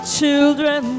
children